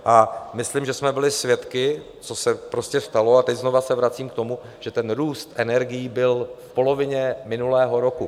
A myslím, že jsme byli svědky, co se prostě stalo, a teď se znova vracím k tomu, že růst energií byl v polovině minulého roku.